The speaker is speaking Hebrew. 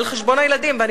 על חשבון הילדים.